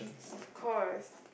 of course